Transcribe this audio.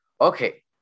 Okay